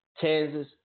Kansas